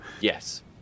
yes